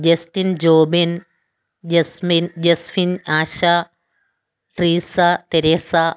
Justin Jobin Jesmin Jeswin Asha Treesa Teresa